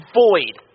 void